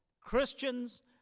Christians